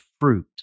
fruit